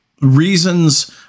reasons